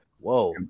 whoa